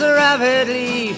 rapidly